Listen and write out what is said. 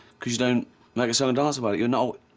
cause you don't make a song and dance about it. you know